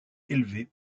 élevées